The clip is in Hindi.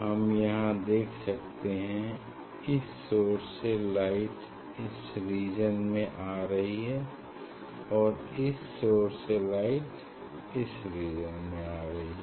हम यहाँ देख सकते हैं इस सोर्स से लाइट इस रीजन में आ रही है और इस सोर्स से लाइट इस रीजन में आ रही है